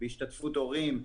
בהשתתפות הורים,